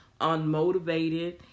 Unmotivated